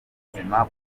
buzima